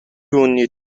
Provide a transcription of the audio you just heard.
юуны